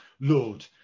Lord